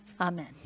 Amen